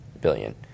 billion